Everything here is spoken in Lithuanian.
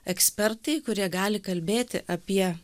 ekspertai kurie gali kalbėti apie